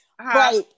Right